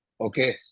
okay